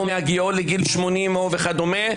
או מהגיעו לגיל 80 וכדומה,